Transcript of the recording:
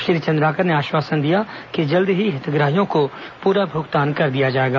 श्री चंद्राकर ने आश्वासन दिया कि जल्द ही हितग्राहियों को पूरा भुगतान कर दिया जाएगा